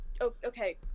okay